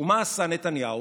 ומה עשה נתניהו?